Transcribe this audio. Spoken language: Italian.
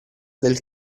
del